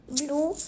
blue